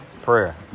Prayer